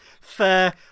fair